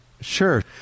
Sure